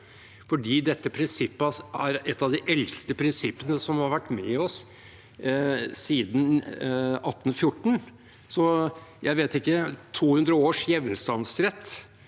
for dette prinsippet er et av de eldste prinsippene og har vært med oss siden 1814. Ikke vet jeg, men 200 års hjemstavnsrett